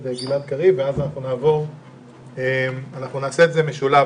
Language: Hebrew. גלעד קריב שמיד יאמר כמה מילים ונעשה את זה במשולב.